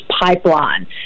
pipeline